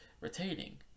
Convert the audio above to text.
retaining